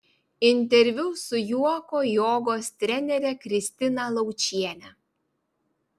interviu su juoko jogos trenere kristina laučiene